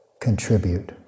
contribute